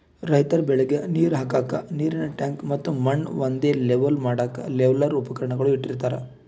ರೈತರ್ ಬೆಳಿಗ್ ನೀರ್ ಹಾಕ್ಕಕ್ಕ್ ನೀರಿನ್ ಟ್ಯಾಂಕ್ ಮತ್ತ್ ಮಣ್ಣ್ ಒಂದೇ ಲೆವೆಲ್ ಮಾಡಕ್ಕ್ ಲೆವೆಲ್ಲರ್ ಉಪಕರಣ ಇಟ್ಟಿರತಾರ್